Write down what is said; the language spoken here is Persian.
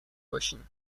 باشیم